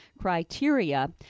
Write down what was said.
criteria